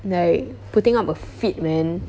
like putting up a fit man